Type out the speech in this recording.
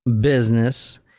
business